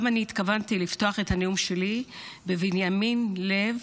גם אני התכוונתי לפתוח את הנאום שלי בבנימין לב,